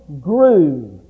grew